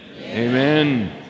Amen